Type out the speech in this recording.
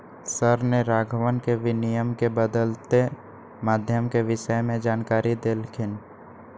sir ने राघवन के विनिमय के बदलते माध्यम के विषय में जानकारी देल खिन